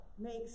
makes